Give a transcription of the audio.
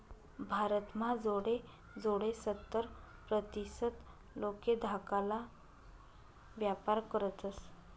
भारत म्हा जोडे जोडे सत्तर प्रतीसत लोके धाकाला व्यापार करतस